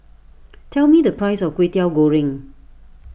tell me the price of Kwetiau Goreng